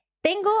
Tengo